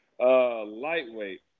Lightweight